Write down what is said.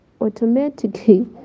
automatically